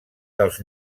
dels